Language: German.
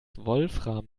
wolfram